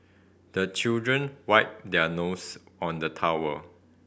the children wipe their nose on the towel